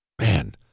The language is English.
man